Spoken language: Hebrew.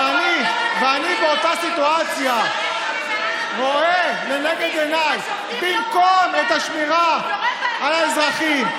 ואני באותה סיטואציה רואה לנגד עיניי במקום את השמירה על האזרחים,